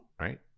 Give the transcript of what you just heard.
right